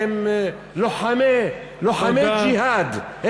לוחמי ג'יהאד.